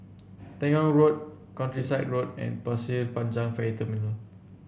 Temenggong Road Countryside Road and Pasir Panjang Ferry Terminal